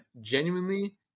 genuinely